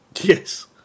Yes